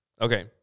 Okay